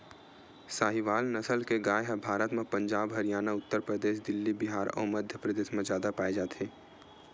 साहीवाल नसल के गाय ह भारत म पंजाब, हरयाना, उत्तर परदेस, दिल्ली, बिहार अउ मध्यपरदेस म जादा पाए जाथे